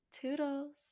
toodles